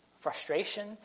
frustration